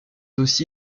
aussi